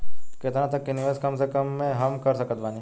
केतना तक के निवेश कम से कम मे हम कर सकत बानी?